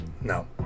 no